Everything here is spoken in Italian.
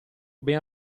ben